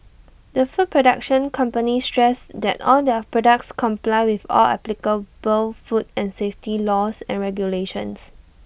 the food production company stressed that all their products comply with all applicable food and safety laws and regulations